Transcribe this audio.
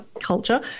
Culture